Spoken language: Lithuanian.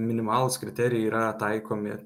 minimalūs kriterijai yra taikomi